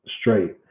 straight